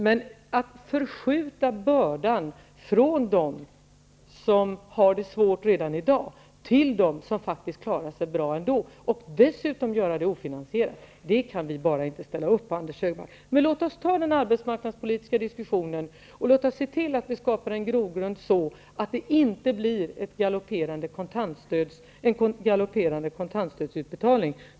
Men att förskjuta bördan från dem som har det svårt redan i dag till dem som faktiskt klarar sig bra ändå, och dessutom göra det ofinansierat, kan vi bara inte ställa upp på, Anders Låt oss ta den arbetsmarknadspolitiska diskussionen, och låt oss se till att vi skapar en grogrund så, att det inte blir en galopperande kontantstödsutbetalning.